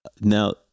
Now